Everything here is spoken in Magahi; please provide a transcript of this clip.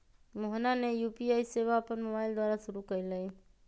मोहना ने यू.पी.आई सेवा अपन मोबाइल द्वारा शुरू कई लय